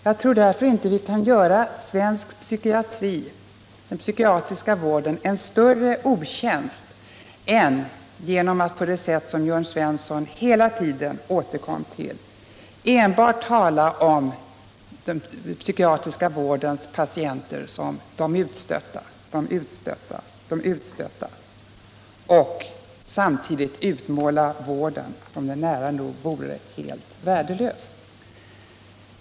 Jag tror därför inte att vi kan göra den svenska psykiatriska vården en större otjänst än genom att — på det sätt som Jörn Svensson hela tiden gjorde — enbart tala om den psykiatriska vårdens patienter som ”de utstötta”, och samtidigt utmåla vården som om den vore nära nog helt värdelös.